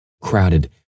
crowded